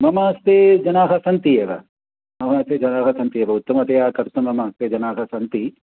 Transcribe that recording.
मम हस्ते जनाः सन्ति एव मम हस्ते जनाः सन्ति एव उत्तमतया कर्तुं मम हस्ते जनाः सन्ति